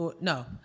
no